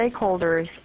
stakeholders